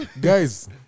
Guys